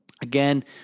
again